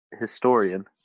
historian